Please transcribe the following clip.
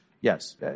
Yes